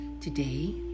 Today